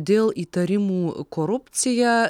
dėl įtarimų korupcija